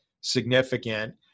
significant